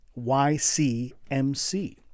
YCMC